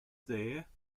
there